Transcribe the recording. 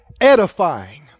edifying